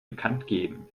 bekanntgeben